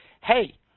Hey